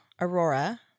Aurora